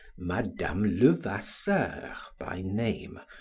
madame levasseur by name,